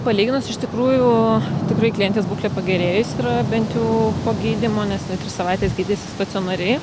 palyginus iš tikrųjų tikrai klientės būklė pagerėjusi yra bent jau po gydymo nes jinai tris savaites gydėsi stacionariai